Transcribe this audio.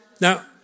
Now